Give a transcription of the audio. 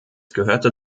gehörte